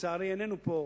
שלצערי איננו פה,